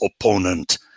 opponent